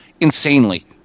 insanely